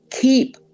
Keep